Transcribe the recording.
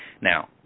now